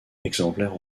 exemplaires